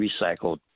recycled